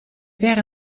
wäre